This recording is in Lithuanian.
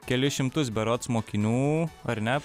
kelis šimtus berods mokinių ar ne